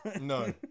No